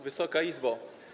Wysoka Izbo!